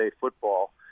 football